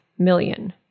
million